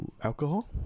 alcohol